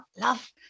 Love